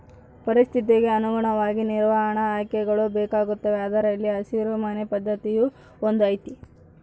ಪರಿಸ್ಥಿತಿಗೆ ಅನುಗುಣವಾಗಿ ನಿರ್ವಹಣಾ ಆಯ್ಕೆಗಳು ಬೇಕಾಗುತ್ತವೆ ಅದರಲ್ಲಿ ಹಸಿರು ಮನೆ ಪದ್ಧತಿಯೂ ಒಂದು ಐತಿ